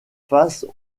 face